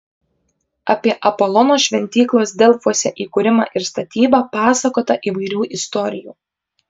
apie apolono šventyklos delfuose įkūrimą ir statybą pasakota įvairių istorijų